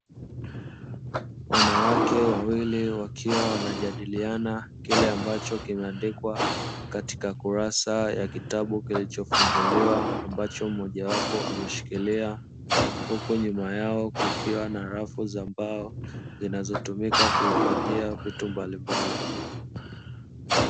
Wanawake wawili wakiwa wanajadiliana kile ambacho kimeandikwa katika kurasa ya kitabu kilichofunguliwa ambacho mmoja wao ameshikilia, huku nyuma yao kukiwa na rafu za mbao zinazotumika kuhifadhia vitu mbalimbali.